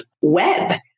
web